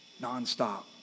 nonstop